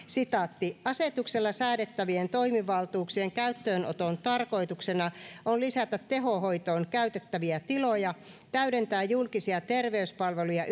asetuksella säädettävien toimivaltuuksien käyttöönoton tarkoituksena on lisätä tehohoitoon käytettäviä tiloja täydentää julkisia terveyspalveluja